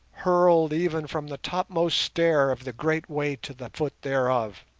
hurled even from the topmost stair of the great way to the foot thereof,